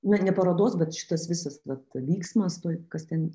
na ne parodos bet šitas visas vat vyksmas toj kas ten